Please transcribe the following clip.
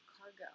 cargo